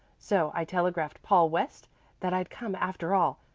so i telegraphed paul west that i'd come after all.